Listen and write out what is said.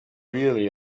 really